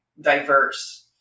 diverse